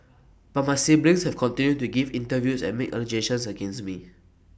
but my siblings have continued to give interviews and make allegations against me